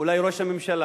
אולי ראש הממשלה,